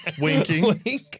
Winking